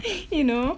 you know